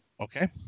Okay